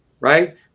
Right